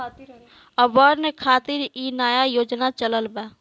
urban खातिर इ नया योजना चलल बा